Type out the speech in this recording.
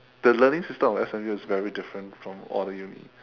the learning system of S_M_U is very different from all the uni